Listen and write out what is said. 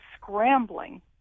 scrambling